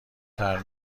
طرح